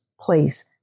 place